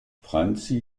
franzi